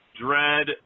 Dread